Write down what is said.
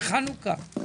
בחנוכה.